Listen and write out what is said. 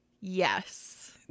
yes